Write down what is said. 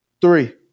Three